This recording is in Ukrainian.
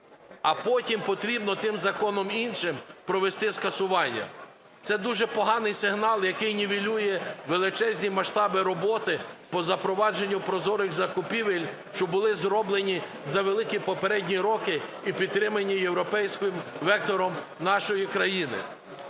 А потім потрібно тим законом, іншим, провести скасування. Це дуже поганий сигнал, який нівелює величезні масштаби роботи по запровадженню прозорих закупівель, що були зроблені за великі попередні роки і підтримані європейським вектором нашої країни.